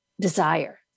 desire